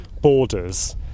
borders